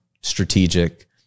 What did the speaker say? strategic